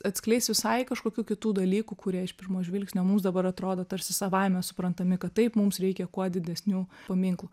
atskleis visai kažkokių kitų dalykų kurie iš pirmo žvilgsnio mums dabar atrodo tarsi savaime suprantami kad taip mums reikia kuo didesnių paminklų